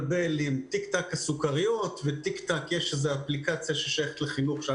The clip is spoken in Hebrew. תיקתק הסוכריות ויש איזו אפליקציה ששייכת לחינוך שאני